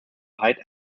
hide